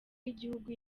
y’igihugu